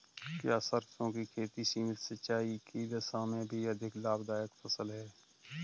क्या सरसों की खेती सीमित सिंचाई की दशा में भी अधिक लाभदायक फसल है?